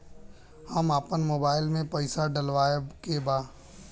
हम आपन मोबाइल में पैसा डलवावे के बा?